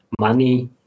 money